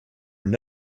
were